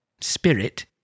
Spirit